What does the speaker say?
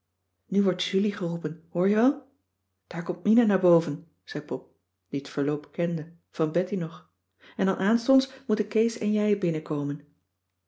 nu wordt julie geroepen hoor je wel daar komt mina naar boven zei pop die t verloop kende van betty nog en dan aanstonds moeten kees en jij